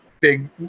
big